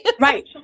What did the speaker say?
Right